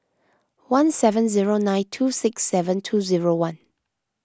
one seven zero nine two six seven two zero one